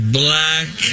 black